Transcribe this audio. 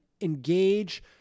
engage